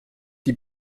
die